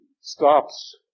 stops